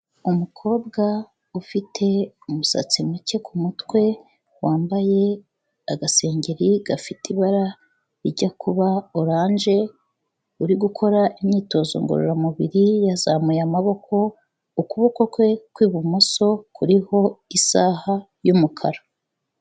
Umukobwa ufite umusatsi muke ku mutwe wambaye agasengeri gafite ibara rijya kuba oranje uri, gukora imyitozo ngororamubiri yazamuye amaboko, ukuboko kwe kw'ibumoso kuriho isaha y'umukara.